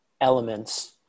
elements